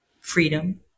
freedom